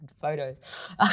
photos